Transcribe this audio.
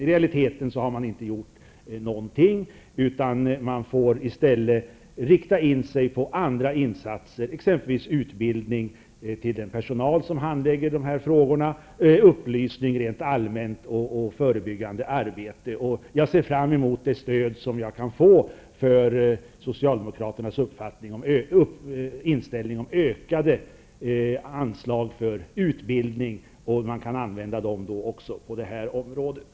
I realiteten har man inte gjort någonting, utan man får i stället rikta in sig på andra insatser, exempelvis utbildning för den personal som handlägger de här frågorna, upplysning rent allmänt och förebyggande arbete. Jag ser fram emot det stöd som jag kan få för Socialdemokraternas inställning att det måste till ökade anslag för utbildning. Man kan då använda dem också på det här området.